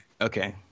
Okay